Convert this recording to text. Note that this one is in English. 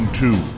two